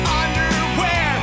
underwear